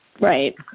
right